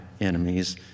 enemies